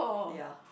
ya